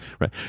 right